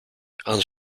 and